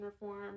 reform